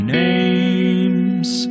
names